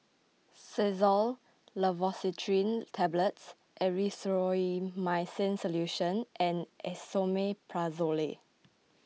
Xyzal Levocetirizine Tablets Erythroymycin Solution and Esomeprazole